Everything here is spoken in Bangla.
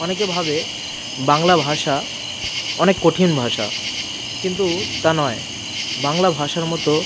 অনেকে ভাবে বাংলা ভাষা অনেক কঠিন ভাষা কিন্তু তা নয় বাংলা ভাষার মতো